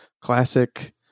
classic